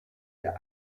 der